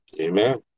Amen